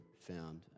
found